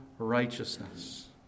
Righteousness